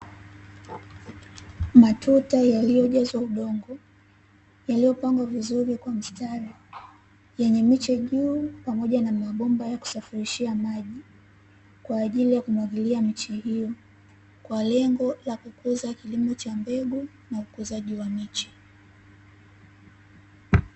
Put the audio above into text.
Matuta yaliyojazwa udongo, yaliyopangwa vizuri kwa mstari, yenye miche juu, pamoja na mabomba ya kusafirishia maji kwa ajili ya kumwagilia miche hiyo, kwa lengo la kukuza kilimo cha mbegu na ukuzaji wa miche.